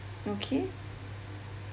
okay